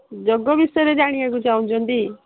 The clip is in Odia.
ଯୋଗ ବିଷୟରେ ଜାଣିବାକୁ ଚାହୁଁଛନ୍ତି